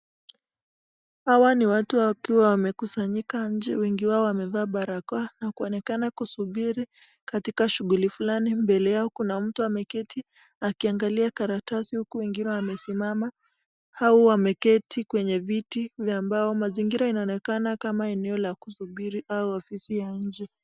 Hawa ni watu wakiwa wamekusanyika nje wengi wao wamevaa barakoa na kuonekana kusubiri katika shughuli fulani. Mbele yao kuna mtu ameketi akiangalia karatasi huku wengine wamesimama au wameketi kwenye viti vya mbao. Mazingira inaonekana kama eneo la kusubiri au ofisi ya nje.